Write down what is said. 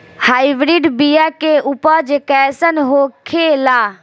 Hybrid बीया के उपज कैसन होखे ला?